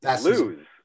Lose